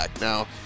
Now